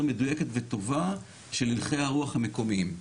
מדוייקת וטובה של הלכי הרוח המקומיים.